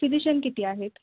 physician किती आहेत